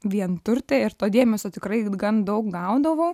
vienturtė ir to dėmesio tikrai gan daug gaudavau